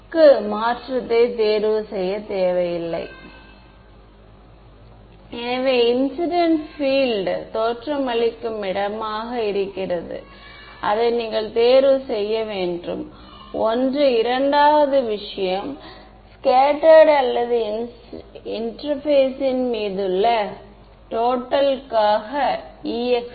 எனவே இந்த வெக்டர்கள் EsxEsyEsz என்பது x y z உடன் இல்லை 3 தன்னிச்சையான திசைகளில் உள்ளன அந்த 3 தன்னிச்சையான திசைகள் யாவை